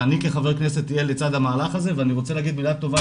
ואני כח"כ יהיה לצד המהלך הזה ואני רוצה להגיד מילה טובה,